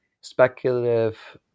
speculative